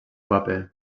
paper